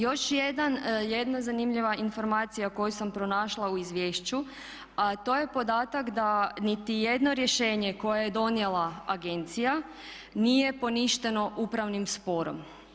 Još jedna zanimljiva informacija koju sam pronašla u izvješću, a to je podatak da niti jedno rješenje koje je donijela agencija nije poništeno upravnim sporom.